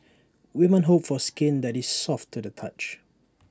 women hope for skin that is soft to the touch